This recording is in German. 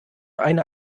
eine